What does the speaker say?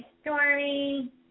Stormy